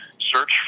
search